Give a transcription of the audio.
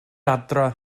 adref